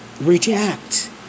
Reject